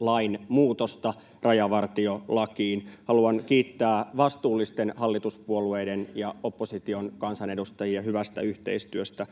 lainmuutosta rajavartiolakiin. Haluan kiittää vastuullisten hallituspuolueiden ja opposition kansanedustajia hyvästä yhteistyöstä